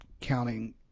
counting